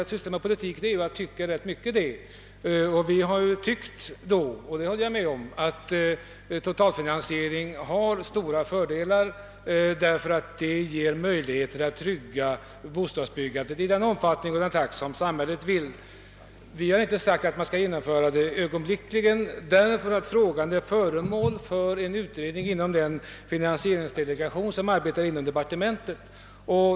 Att syssla med politik innebär ju att tycka rätt mycket, och vi har tyckt — det håller jag med om — att totalfinansiering har stora fördelar, därför att den ger möjligheter att trygga bostadsbyggandet i den omfattning och takt som samhället önskar. Vi har inte sagt att den skall genomföras ögonblickligen, eftersom frågan är föremål för en utredning i den finansieringsdelegation som arbetar inom departementet.